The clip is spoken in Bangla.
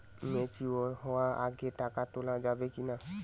ম্যাচিওর হওয়ার আগে টাকা তোলা যাবে কিনা?